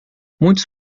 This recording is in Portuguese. muitos